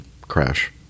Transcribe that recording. crash